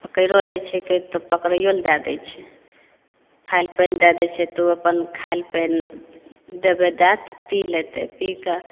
पकड़िओ लै छै केओ तऽ पकड़िओ लए दए दै छै खाइ लए पानि दए दै छै तऽ ओ अपन खाइ लए पानि देबै दए तऽ पी लेतै पी कऽ